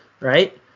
right